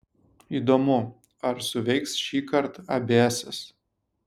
įdomu ar suveiks šįkart abėesas